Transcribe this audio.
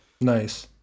Nice